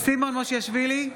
סימון מושיאשוילי,